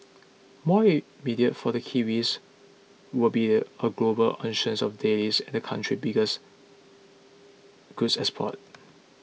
more immediate for the kiwis will be a global auction of dailies and the country's biggest goods export